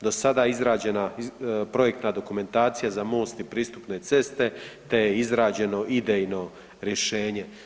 Do sada je izrađena projektna dokumentacija za most i pristupne ceste te je izrađeno idejno rješenje.